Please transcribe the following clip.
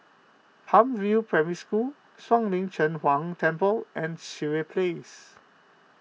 Palm View Primary School Shuang Lin Cheng Huang Temple and Sireh Place